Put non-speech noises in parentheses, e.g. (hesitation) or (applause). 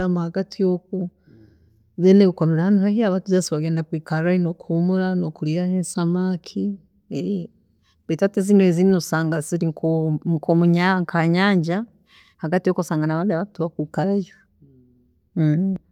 ﻿Nka hagati oku, then nokukoorramu, abantu abamu abandi bagenda kwikarramu nokuhumura nokuryaaho ensamaaki, (hesitation) baitu hati zinu ezindi osanga ziri nk’a- nk’a nyaka hanyanja, hagati oku osanga busaho nabakwiikarayo. (hesitation)